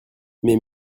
mes